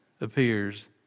appears